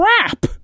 crap